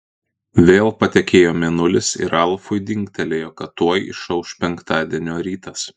vėl patekėjo mėnulis ir ralfui dingtelėjo kad tuoj išauš penktadienio rytas